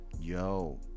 yo